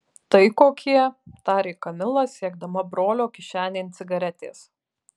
tai kokie tarė kamila siekdama brolio kišenėn cigaretės